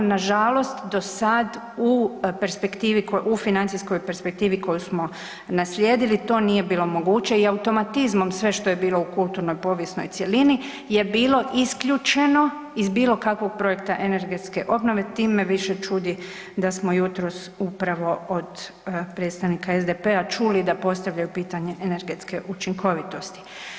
Nažalost do sad u perspektivi, u financijskoj perspektivi koju smo naslijedili to nije bilo moguće i automatizmom sve što je bilo u kulturno povijesnoj cjelini je bilo isključeno iz bilo kakvog projekta energetske obnove tim me više čudi da smo jutros upravo do predstavnika SDP-a čuli da postavljaju pitanje energetske učinkovitosti.